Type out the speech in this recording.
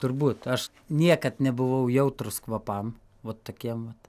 turbūt aš niekad nebuvau jautrus kvapam vat tokiem vat